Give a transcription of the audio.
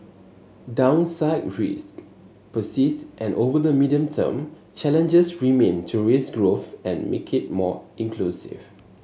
downside risk persists and over the medium term challenges remain to raise growth and make it more inclusive